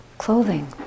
clothing